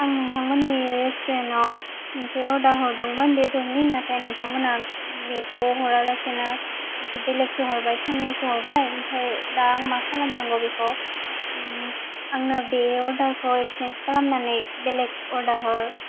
आं नोंथांमोननि रेस्टुरेन्टआव मोनसे अर्डार हरदोंमोन बेदरनि नाथाय नोंथां मोनहा बेखौ हरालासिनो बेलेकसो हरबाय पनिरसो हरबाय आमफ्राय दा आं मा खालामनांगौ बेखौ आंनो बे अर्डारखौ एक्सचेन्स खालामनानै बेलेक अर्डार हर